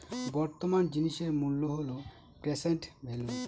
বর্তমান জিনিসের মূল্য হল প্রেসেন্ট ভেল্যু